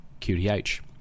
QTH